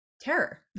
terror